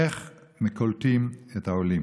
איך קולטים את העולים.